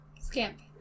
Scamp